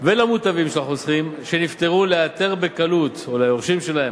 והמוטבים של החוסכים שנפטרו או ליורשים שלהם,